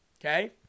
okay